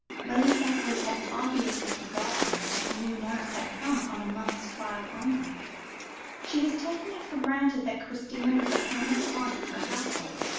lady cicely had obviously forgotten that her new nurse had come on a month's trial only she was taking it for granted that christina was a permanent part of her household,